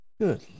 Good